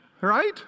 Right